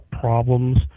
problems